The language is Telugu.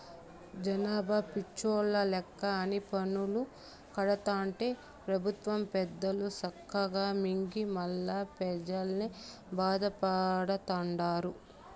జనాలు పిచ్చోల్ల లెక్క అన్ని పన్నులూ కడతాంటే పెబుత్వ పెద్దలు సక్కగా మింగి మల్లా పెజల్నే బాధతండారు